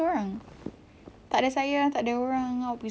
oo soalan paling susah lagi macam